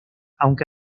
aunque